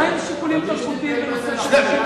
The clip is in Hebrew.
מה עם שיקולים תרבותיים בנושא של נשים?